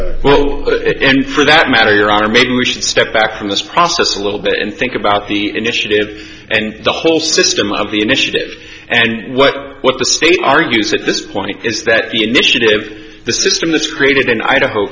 but and for that matter are maybe we should step back from this process a little bit and think about the initiative and the whole system of the initiative and what what the state argues at this point is that the initiative the system that's created in idaho